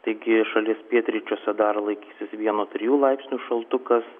taigi šalies pietryčiuose dar laikysis vieno trijų laipsnių šaltukas